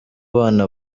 bana